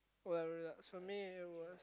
well relax for me it was